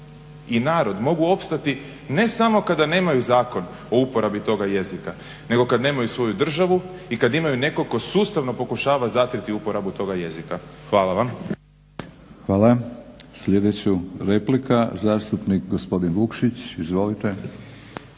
i narod mogu opstati ne samo kada nemaju zakon o uporabi toga jezika nego kad nemaju svoju državu i kad imaju nekog tko sustavno pokušava zatrti uporabu toga jezika. Hvala vam. **Batinić, Milorad (HNS)** Hvala. Sljedeća replika zastupnik gospodin Vukšić. Izvolite.